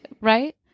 right